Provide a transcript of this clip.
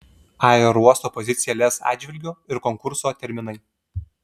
aerouosto pozicija lez atžvilgiu ir konkurso terminai